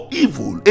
evil